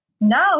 No